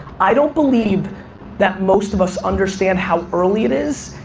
i don't believe that most of us understand how early it is,